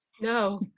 No